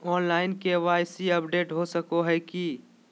Online KYC update हो सको है की?